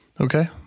Okay